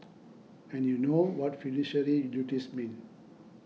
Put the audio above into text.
and you know what fiduciary duties mean